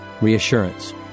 reassurance